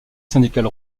syndicale